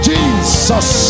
Jesus